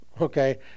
Okay